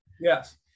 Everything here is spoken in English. Yes